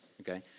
Okay